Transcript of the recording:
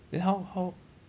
then how how